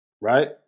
right